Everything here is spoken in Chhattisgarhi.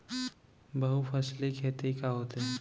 बहुफसली खेती का होथे?